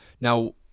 Now